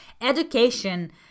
education